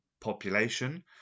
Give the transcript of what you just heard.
population